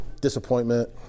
Disappointment